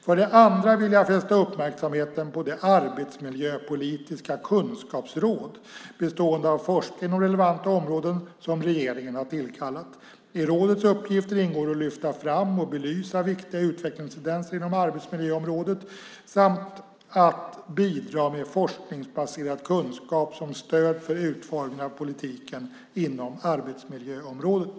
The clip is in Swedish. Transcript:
För det andra vill jag fästa uppmärksamheten på det arbetsmiljöpolitiska kunskapsråd, bestående av forskare inom relevanta områden, som regeringen har tillkallat. I rådets uppgifter ingår att lyfta fram och belysa viktiga utvecklingstendenser inom arbetsmiljöområdet samt att bidra med forskningsbaserad kunskap som stöd för utformningen av politiken inom arbetsmiljöområdet.